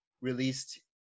released